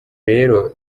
rero